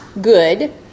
good